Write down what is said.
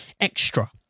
extra